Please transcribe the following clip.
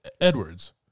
Edwards